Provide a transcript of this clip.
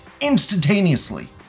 instantaneously